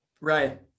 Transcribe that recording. Right